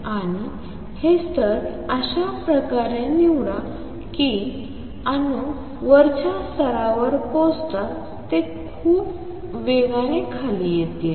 आणि हे स्तर अशा प्रकारे निवडा की अणू वरच्या स्तरावर पोहोचताच ते खूप वेगाने खाली येतात